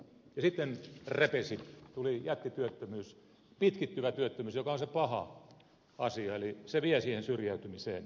sitten repesi tuli jättityöttömyys pitkittyvä työttömyys joka on se paha asia eli se vie siihen syrjäytymiseen